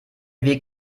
weg